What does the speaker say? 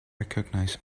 recognize